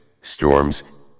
storms